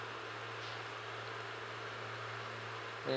mm